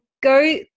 go